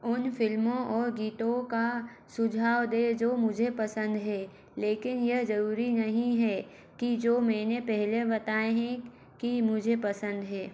उन फ़िल्मों और गीतों का सुझाव दें जो मुझे पसंद हैं लेकिन यह ज़रूरी नहीं है कि जो मैंने पहले बताएँ है कि मुझे पसंद हैं